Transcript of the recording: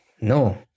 no